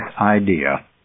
idea